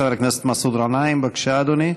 חבר הכנסת מסעוד גנאים, בבקשה, אדוני.